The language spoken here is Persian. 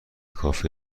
کافی